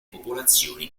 popolazioni